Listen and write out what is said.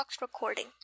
recording